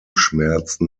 schmerzen